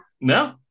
no